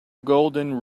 golden